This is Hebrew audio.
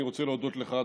אני רוצה להודות לך,